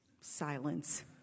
Silence